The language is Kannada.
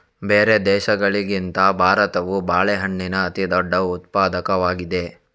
ಬೇರೆ ದೇಶಗಳಿಗಿಂತ ಭಾರತವು ಬಾಳೆಹಣ್ಣಿನ ಅತಿದೊಡ್ಡ ಉತ್ಪಾದಕವಾಗಿದೆ